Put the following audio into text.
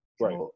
Right